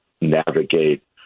navigate